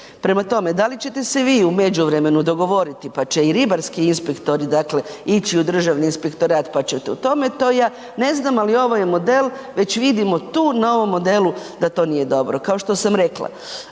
Prema tome, da li ćete se vi u međuvremenu dogovoriti pa će i ribarski inspektori dakle ići u Državni inspektorat, pa ćete o tome to ja ne znam, ali ovo je model već vidimo tu na ovom modelu da to nije dobro. Kao što sam rekla,